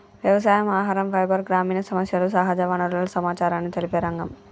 వ్యవసాయం, ఆహరం, ఫైబర్, గ్రామీణ సమస్యలు, సహజ వనరుల సమచారాన్ని తెలిపే రంగం